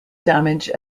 damage